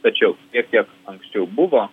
tačiau tiek kiek anksčiau buvo